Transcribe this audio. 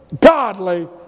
godly